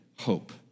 hope